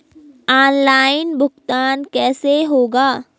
Online भुगतान कैसे होगा?